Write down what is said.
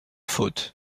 faute